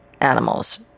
animals